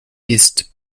ist